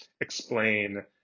explain